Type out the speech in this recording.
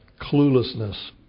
cluelessness